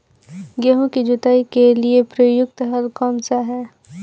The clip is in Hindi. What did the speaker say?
गेहूँ की जुताई के लिए प्रयुक्त हल कौनसा है?